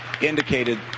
...indicated